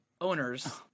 owners